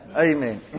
Amen